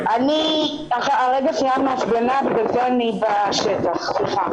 הרגע סיימנו הפגנה ולכן אני בשטח.